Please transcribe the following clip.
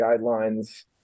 guidelines